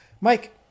Mike